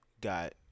got